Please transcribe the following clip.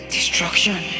Destruction